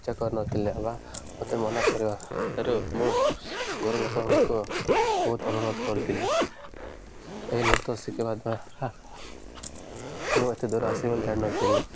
ଇଛା କରି ନଥିଲେ ବା ମୋତେ ମନା କରିବାରୁ ମୁଁ ଘରଲୋକଙ୍କ ବହୁତ ଅନୁରୋଧ କରିଥିଲି ଏହି ନୃତ୍ୟ ଶିଖିବା ଦ୍ୱାରା ମୁଁ ଏତେ ଦୂର ଆସିବି ବୋଲି ଜାଣିନଥିଲି